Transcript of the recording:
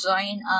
join